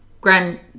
grand